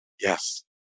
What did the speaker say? yes